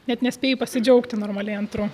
net nespėji pasidžiaugti normaliai antru